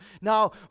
Now